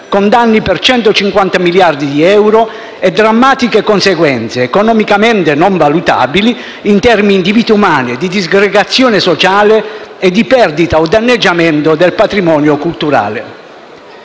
con danni per 150 miliardi di euro e drammatiche conseguenze, economicamente non valutabili, in termini di vite umane, di disgregazione sociale e di perdita o danneggiamento del patrimonio culturale.